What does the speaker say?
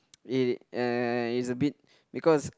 it it uh is a bit because